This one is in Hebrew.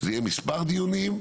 זה יהיה מספר דיונים,